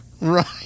Right